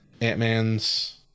Ant-Man's